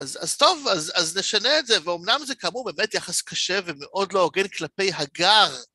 אז טוב, אז נשנה את זה, ואומנם זה כאמור באמת יחס קשה ומאוד לא הוגן כלפי הגר.